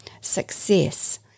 success